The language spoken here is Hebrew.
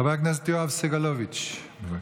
חבר הכנסת יואב סגלוביץ', בבקשה.